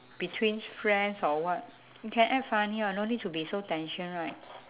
between friends or what you can act funny [what] no need to be so tension right